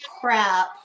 crap